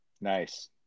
Nice